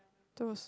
those